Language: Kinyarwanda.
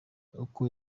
uko